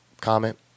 comment